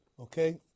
Okay